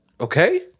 Okay